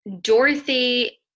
Dorothy